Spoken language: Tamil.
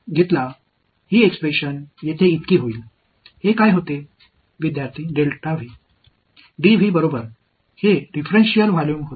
கவனியுங்கள் இங்கே இந்த வெளிப்பாடு முடிவடை கிறது